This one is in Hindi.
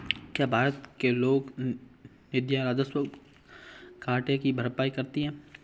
क्या भारत के लोक निधियां राजस्व घाटे की भरपाई करती हैं?